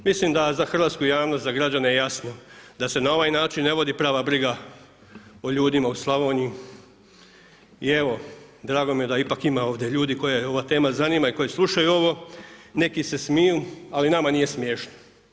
Mislim da za hrvatsku javnost, za građane je jasno da se na ovaj način ne vodi prava briga o ljudima u Slavoniji i evo drago mi je da ipak ima ovdje ljudi koje ova tema zanima i koji slušaju ovo, neki se smiju, ali nama nije smiješno, nama nije smiješno.